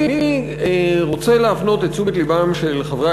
אני רוצה להפנות את תשומת לבם של חברי